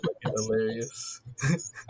hilarious